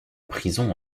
prison